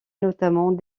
notamment